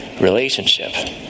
relationship